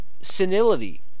senility